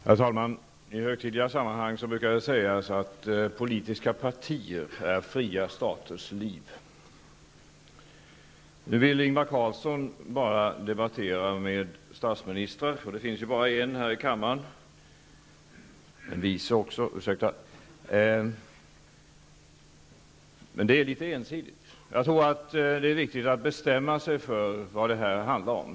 Herr talman! I högtidliga sammanhang brukar det sägas att politiska partier är fria staters liv. Nu vill Ingvar Carlsson bara debattera med statsministrar, och det finns ju bara en här i kammaren -- en vice också, ursäkta! Men det är litet ensidigt. Jag tror att det är viktigt att bestämma sig för vad det här handlar om.